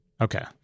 Okay